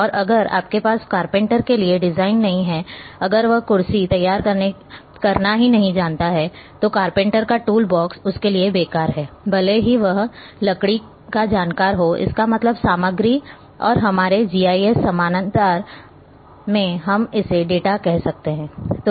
और अगर आपके पास कारपेंटर के लिए डिजाइन नहीं हैं अगर वह कुर्सी तैयार करना नहीं जानता है तो कारपेंटर का टूल बॉक्स उसके लिए बेकार है भले ही वह लकड़ी का जानकार हो इसका मतलब सामग्री और हमारे जीआईएस समानांतर में हम इसे डाटा कह सकते हैं